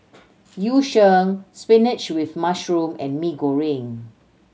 Yu Sheng spinach with mushroom and Mee Goreng